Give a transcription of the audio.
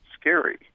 scary